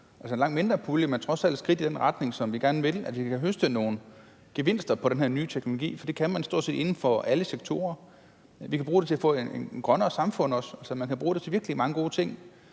altså en langt mindre pulje, men trods alt et skridt i den retning, som vi gerne vil i, altså at vi kan høste nogle gevinster på den her nye teknologi. For det kan man stort set inden for alle sektorer, og vi kan også bruge det til at få et grønnere samfund. Man kan bruge det til virkelig mange gode ting,